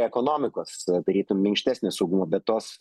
ekonomikos tarytum minkštesnio saugumo bet tos